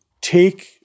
take